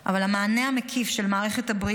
אבל המענה המקיף של מערכת הבריאות,